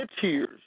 tears